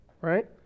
right